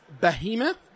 behemoth